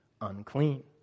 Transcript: unclean